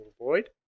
avoid